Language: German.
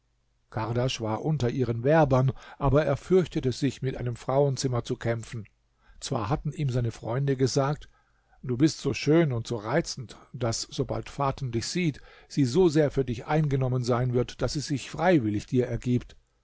war unter ihren werbern aber er fürchtete sich mit einem frauenzimmer zu kämpfen zwar hatten ihm seine freunde gesagt du bist so schön und so reizend daß sobald faten dich sieht sie so sehr für dich eingenommen sein wird daß sie sich freiwillig dir ergibt